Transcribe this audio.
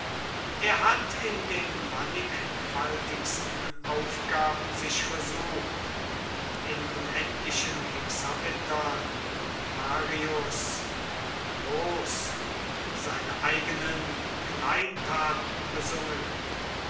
er hat in den mannigfaltigsten aufgaben sich versucht in unendlichen hexametern marius groß und seine eigenen kleintaten besungen